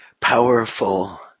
powerful